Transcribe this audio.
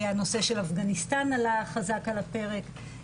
הנושא של אפגניסטן עלה חזק על הפרק.